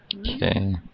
Okay